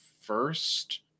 first